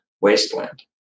wasteland